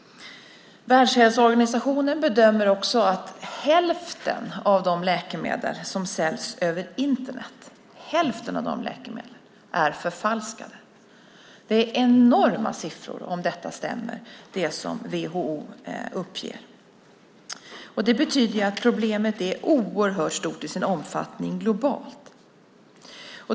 Världshälsoorganisationen bedömer också att hälften av de läkemedel som säljs över Internet är förfalskade. Det är enorma siffror om det som WHO uppger stämmer. Det betyder att problemet är oerhört stort i sin omfattning globalt.